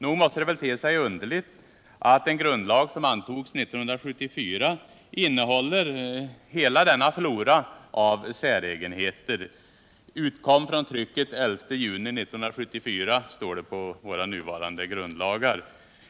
Nog måste det väl te sig underligt att en grundlag som antogs 1974 innehåller hela denna flora av säregenheter: ”Utkom från trycket den 11 juni 1974”, står det på våra nuvarande grundlagar.